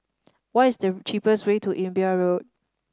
what is the cheapest way to Imbiah Road